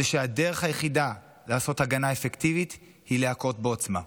זה שהדרך היחידה לעשות הגנה אפקטיבית היא להכות בעוצמה,